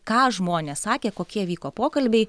ką žmonės sakė kokie vyko pokalbiai